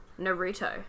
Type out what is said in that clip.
Naruto